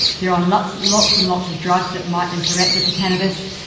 they are on lots lots and lots of drugs that might interact with the cannabis,